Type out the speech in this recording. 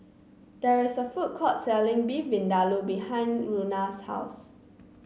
there is a food court selling Beef Vindaloo behind Rhona's house